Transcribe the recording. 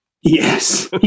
Yes